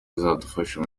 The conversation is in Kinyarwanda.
bizadufasha